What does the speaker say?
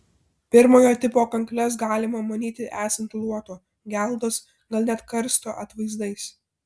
pirmojo tipo kankles galima manyti esant luoto geldos gal net karsto atvaizdais